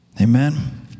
Amen